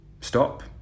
stop